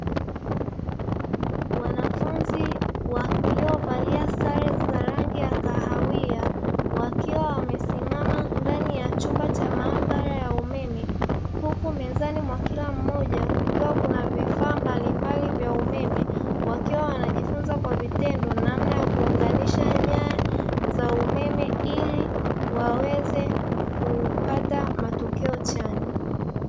Wanafunzi waliovalia sare za rangi ya kahawia wakiwa wamesimama ndani ya chumba cha maabara ya umeme, huku mezani mwa kila mmoja kukiwa kuna vifaa mbalimbali vya umeme, wakiwa wanajifunza kwa vitendo namna ya kuunganisha nyaya za umeme ili waweze kupata matokeo chanya.